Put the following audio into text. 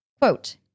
Quote